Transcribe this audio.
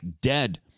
dead